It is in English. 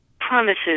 promises